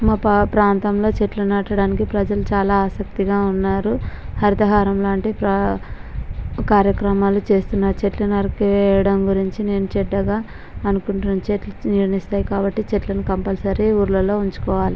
మా ప్రాంతంలో చెట్లు నాటడానికి ప్రజలు చాల ఆసక్తిగా ఉన్నారు హరితహారం లాంటి కార్యక్రమాలు చేస్తున్నా చెట్లు నరికేయడం గురించి నేను చెడ్డగా అనుకుంటున్నాను చెట్లు నీడను ఇస్తాయి కాబట్టి చెట్లను కంపల్సరీ ఊర్లలో ఉంచుకోవాలి